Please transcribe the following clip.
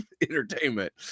entertainment